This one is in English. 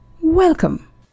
Welcome